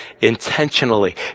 intentionally